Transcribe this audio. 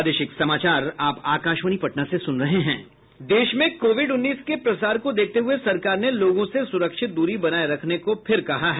देश में कोविड उन्नीस के प्रसार को देखते हुए सरकार ने लोगों से सुरक्षित दूरी बनाए रखने को फिर कहा है